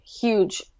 huge